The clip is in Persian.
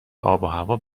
آبوهوا